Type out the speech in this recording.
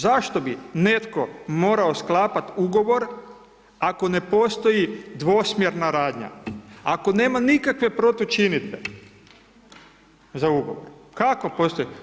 Zašto bi netko morao sklapat ugovor ako ne postoji dvosmjerna radnja, ako nema nikakve protučinidbe za ugovor, kako postoji?